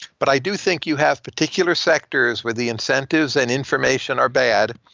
but i do think you have particular sectors where the incentives and information are bad.